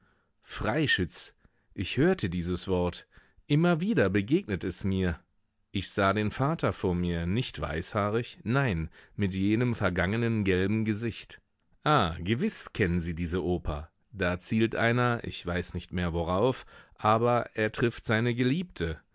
freischütz ich hörte dieses wort immer wieder begegnet es mir ich sah den vater vor mir nicht weißhaarig nein mit jenem vergangenen gelben gesicht ah gewiß kennen sie diese oper da zielt einer ich weiß nicht mehr worauf aber er trifft seine geliebte